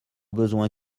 besoin